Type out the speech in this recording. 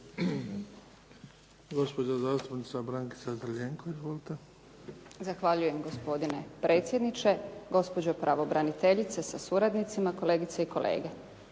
Gospođa zastupnica Brankica Crljenko. Izvolite. **Crljenko, Brankica (SDP)** Zahvaljujem gospodine predsjedniče, gospođo pravobraniteljice sa suradnicima, kolegice i kolege.